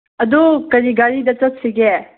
ꯑꯗꯨ ꯀꯔꯤ ꯒꯥꯔꯤꯗ ꯆꯠꯁꯤꯒꯦ